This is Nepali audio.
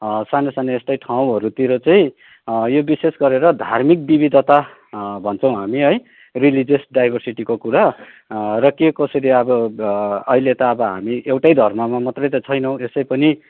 सानो सानो यस्तै ठाउँहरूतिर चाहिँ यो विशेष गरेर धार्मिक विविधता भन्छौँ हामी है रिलिजियस डाइभर्सिटीको कुरा र के कसरी अब अहिले त अब हामी एउटै धर्ममा मात्रै त छैनौँ यसै पनि